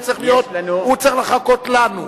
הוא צריך לחכות לנו.